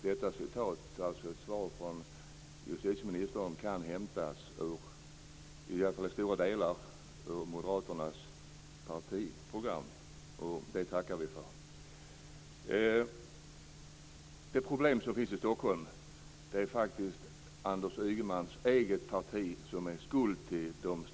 Detta citat ur justitieministerns svar kan i stora delar hämtas ur Moderaternas partiprogram. Det tackar vi för. Stora delar av de problem som finns i Stockholm är faktiskt Anders Ygemans eget parti skuld till.